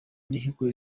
n’inkiko